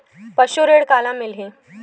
पशु ऋण काला मिलही?